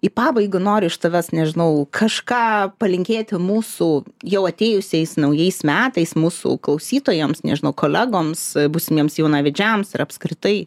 į pabaigą noriu iš tavęs nežinau kažką palinkėti mūsų jau atėjusiais naujais metais mūsų klausytojams nežinau kolegoms būsimiems jaunavedžiams ir apskritai